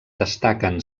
destaquen